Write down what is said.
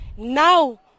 Now